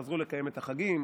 חזרו לקיים את החגים,